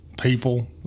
people